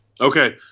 Okay